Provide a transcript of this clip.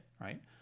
right